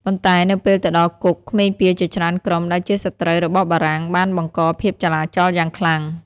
ប៉ុន្តែនៅពេលទៅដល់គុក ក្មេងពាលជាច្រើនក្រុមដែលជាសត្រូវរបស់បារាំងបានបង្កភាពចលាចលយ៉ាងខ្លាំង។